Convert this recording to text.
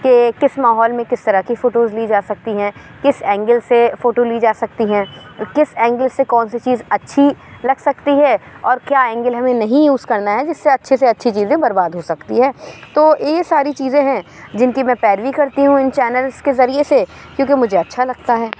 کہ کس ماحول میں کس طرح کی فوٹوز لی جا سکتی ہیں کس اینگل سے فوٹو لی جا سکتی ہیں کس اینگل سے کون سی چیز اچھی لگ سکتی ہے اور کیا اینگل ہمیں نہیں یوز کرنا ہے جس سے اچھے سے اچھی چیزیں برباد ہو سکتی ہے تو یہ ساری چیزیں ہیں جن کی میں پیروی کرتی ہوں ان چینلس کے ذریعے سے کیونکہ مجھے اچھا لگتا ہے